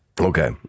okay